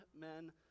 men